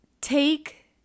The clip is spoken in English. Take